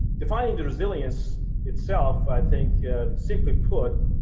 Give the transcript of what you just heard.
defining the resilience itself i think simply put,